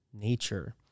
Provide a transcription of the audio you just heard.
nature